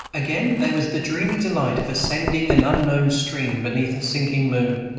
again there was the dreamy delight of ascending an unknown stream, beneath a sinking moon,